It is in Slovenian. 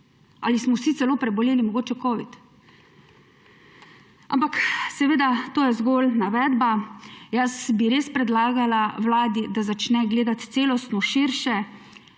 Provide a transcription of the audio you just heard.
Ali smo mogoče vsi celo preboleli covid? Ampak seveda, to je zgolj navedba. Jaz bi res predlagala Vladi, da začne gledati celotno širše,